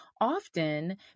Often